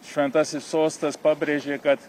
šventasis sostas pabrėžė kad